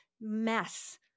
mess